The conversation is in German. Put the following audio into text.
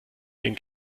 den